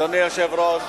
אדוני היושב-ראש,